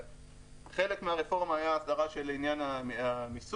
חלק מהרפורמה היה הסדרה של עניין המיסוי,